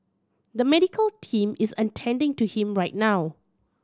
the medical team is attending to him right now